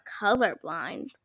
colorblind